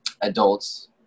adults